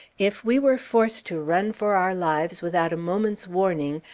if we were forced to run for our lives without a moment's warning,